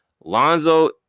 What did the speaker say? Lonzo